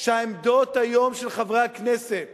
שהיום העמדות של חברי הכנסת